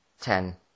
Ten